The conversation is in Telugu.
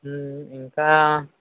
ఇంకా